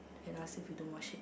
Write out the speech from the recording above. okay lah since you don't wash it